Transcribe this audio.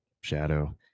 shadow